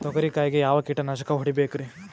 ತೊಗರಿ ಕಾಯಿಗೆ ಯಾವ ಕೀಟನಾಶಕ ಹೊಡಿಬೇಕರಿ?